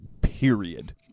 period